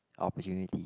opportunities